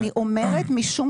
אני אומרת משום